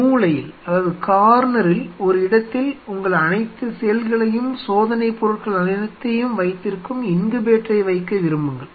மூலையில் ஒரு இடத்தில் உங்கள் அனைத்து செல்களையும் சோதனைப் பொருட்கள் அனைத்தையும் வைத்திருக்கும் இன்குபேட்டரை வைக்க விரும்புங்கள்